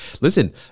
Listen